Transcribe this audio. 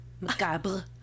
Macabre